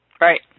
Right